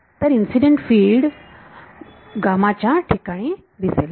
तर incident field च्या ठिकाणी दिसेल